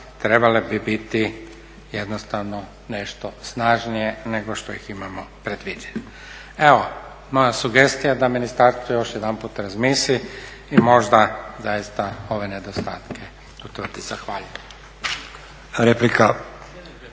trebale bi biti jednostavno nešto snažnije nego ih imamo predviđene. Evo, moja sugestija da Ministarstvo još jedanput razmisli i možda zaista ove nedostatke utvrdi. Zahvaljujem.